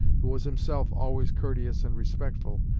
who was himself always courteous and respectful,